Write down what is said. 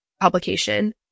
publication